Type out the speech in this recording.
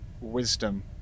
wisdom